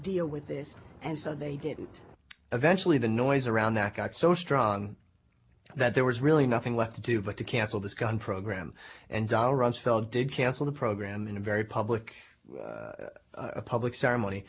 deal with this and so they didn't eventually the noise around that got so strong that there was really nothing left to do but to cancel this gun program and dollar rumsfeld did cancel the program in a very public a public ceremony